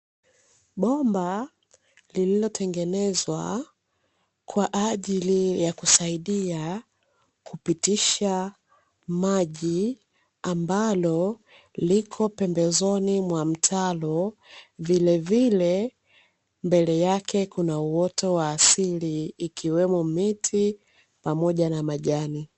Bomba lililotengenezwa kwa ajili ya kusaidia kupitisha maji ambalo liko pembezoni mwa mtaro, vilevile mbele yake kuna uoto wa asili ikiwemo miti pamoja na majani.